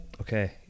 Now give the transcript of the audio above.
okay